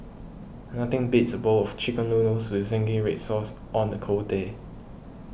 nothing beats a bowl of Chicken Noodles with Zingy Red Sauce on a cold day